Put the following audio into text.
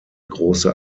große